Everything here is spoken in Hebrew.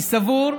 אני סבור,